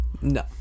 No